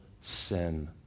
sin